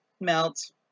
melt